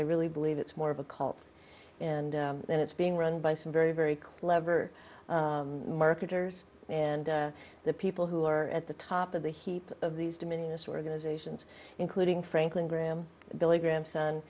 i really believe it's more of a cult and then it's being run by some very very clever marketers and the people who are at the top of the heap of these dominionist organizations including franklin graham billy graham son